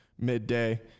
midday